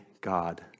God